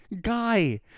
guy